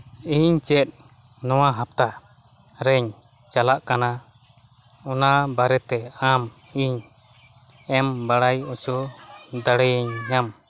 ᱤᱧ ᱪᱮᱫ ᱱᱚᱣᱟ ᱦᱟᱯᱛᱟ ᱨᱮᱧ ᱪᱟᱞᱟᱜ ᱠᱟᱱᱟ ᱚᱱᱟ ᱵᱟᱨᱮ ᱛᱮ ᱟᱢ ᱤᱧ ᱮᱢ ᱵᱟᱲᱟᱭ ᱚᱪᱚ ᱫᱟᱲᱮᱭᱟᱹᱧᱟᱹᱢ